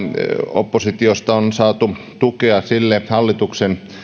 oppositiosta on saatu tukea sille hallituksen